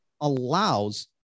allows